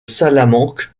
salamanque